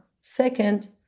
Second